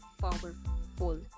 powerful